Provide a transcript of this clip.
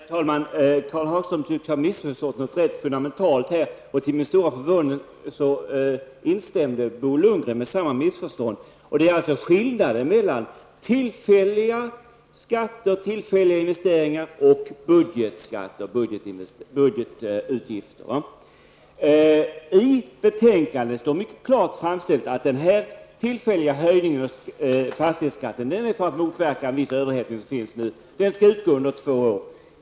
Herr talman! Karl Hagström tycks ha missförstått någonting rätt fundamentalt. Till min stora förvåning instämde Bo Lundgren och gjorde sig skyldig till samma missförstånd. Det gäller alltså skillnaden mellan tillfälliga skatter och tillfälliga investeringar å ena sidan och budgetutgifter å andra sidan. I betänkandet står det mycket klart att den tillfälliga höjningen av fastighetsskatten skall motverka en viss överhettning och utgå under två år.